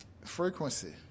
frequency